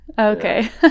Okay